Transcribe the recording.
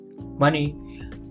money